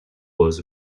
was